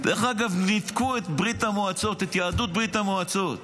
דרך אגב, ניתקו את יהדות ברית המועצות